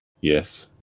Yes